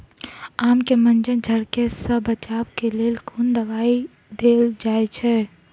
आम केँ मंजर झरके सऽ बचाब केँ लेल केँ कुन दवाई देल जाएँ छैय?